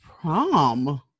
prom